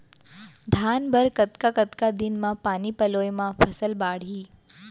धान बर कतका कतका दिन म पानी पलोय म फसल बाड़ही?